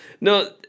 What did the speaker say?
no